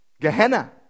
Gehenna